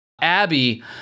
Abby